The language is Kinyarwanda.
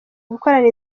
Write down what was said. gukorana